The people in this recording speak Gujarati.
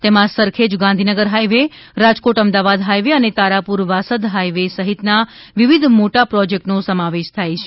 તેમાં Sarkhej Gandhinagar highway Rajkot Ahmedabad highway અને તારાપુર વાંસદ હાઈ વે સહિતના વિવિધ મોટા પ્રોજેક્ટનો સમાવેશ થાય છે